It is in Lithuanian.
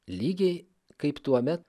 lygiai kaip tuome